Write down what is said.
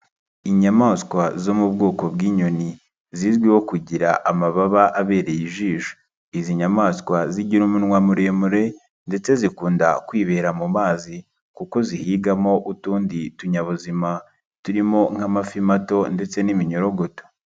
Inyamaswa zo mu bwoko bw'inyoni zizwiho kugira amababa abereye ijisho, izi nyamaswa zigira umunwa muremure ndetse zikunda kwibera mu mazi kuko zihigamo utundi tuyabuzima, turimo nk'amafi mato ndetse n'iminyorogoto.